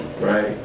right